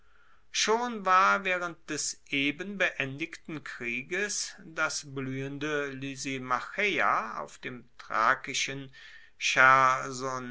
schon war waehrend des eben beendigten krieges das bluehende lysimacheia auf dem thrakischen